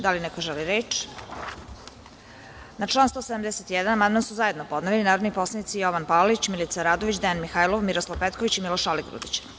Da li neko želi reč? (Ne) Na član 171. amandman su zajedno podneli narodni poslanici Jovan Palalić, Milica Radović, Dejan Mihajlov, Miroslav Petković i Miloš Aligrudić.